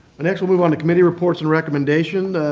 next we'll move on to committee reports and recommendation.